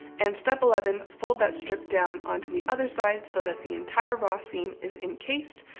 and, step eleven. fold that strip down on to the other side so that the entire raw seam is encased,